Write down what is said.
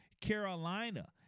Carolina